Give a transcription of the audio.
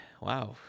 wow